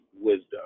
wisdom